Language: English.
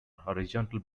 horizontal